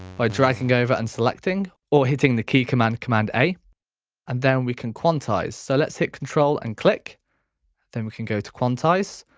by dragging over and selecting or hitting the key common command a and then we can quantise. so let's hit control and click then we can go to quantise.